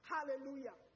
Hallelujah